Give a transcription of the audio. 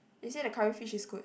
they say the curry fish is good